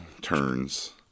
turns